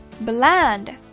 bland